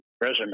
resume